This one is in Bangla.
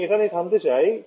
আমি এখানেই থামতে চাই